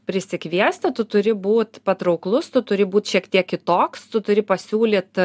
prisikviesti tu turi būt patrauklus tu turi būt šiek tiek kitoks tu turi pasiūlyt